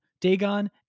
Dagon